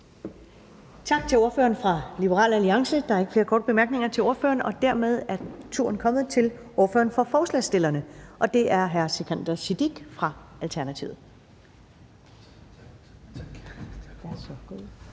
Tak til ordføreren for Liberal Alliance. Der er ikke flere korte bemærkninger til ordføreren og dermed er turen kommet til ordføreren for forslagsstillerne, og det er hr. Sikandar Siddique fra Alternativet.